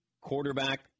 quarterback